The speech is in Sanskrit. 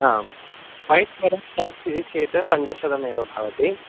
आं वैट्फ़ारेस्ट् अस्ति चेत् पञ्चशतमेव भवति